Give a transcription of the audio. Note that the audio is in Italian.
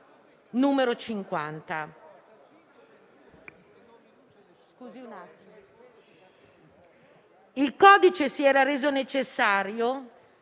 Il codice si era reso necessario